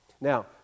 Now